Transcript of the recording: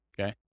okay